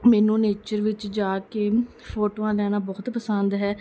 ਮੈਨੂੰ ਨੇਚਰ ਵਿੱਚ ਜਾ ਕੇ ਫੋਟੋਆਂ ਲੈਣਾ ਬਹੁਤ ਪਸੰਦ ਹੈ